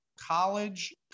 college